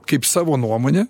kaip savo nuomonę